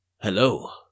Hello